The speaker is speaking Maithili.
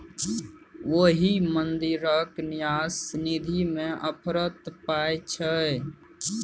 ओहि मंदिरक न्यास निधिमे अफरात पाय छै